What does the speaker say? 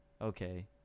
okay